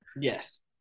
Yes